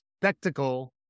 spectacle